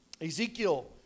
Ezekiel